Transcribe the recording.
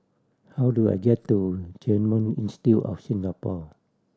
how do I get to Genome Institute of Singapore